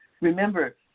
Remember